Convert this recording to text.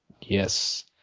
Yes